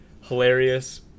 hilarious